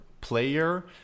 player